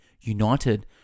united